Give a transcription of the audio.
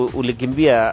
ulikimbia